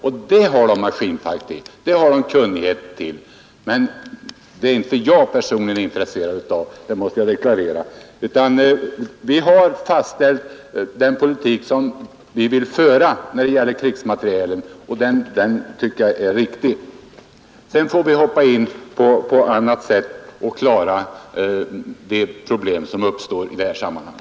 Och för den tillverkningen har man maskinpark och kunnighet. Den tillverkningen är emellertid inte jag personligen intresserad av, det måste jag deklarera. Vi har här i riksdagen fastställt den politik som vi vill föra när det gäller krigsmateriel, och den tycker jag är riktig. Sedan får vi på annat sätt lösa de problem som uppstår i detta sammanhang.